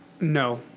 no